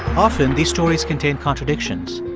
often, these stories contain contradictions.